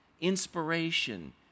inspiration